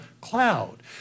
cloud